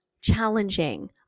challenging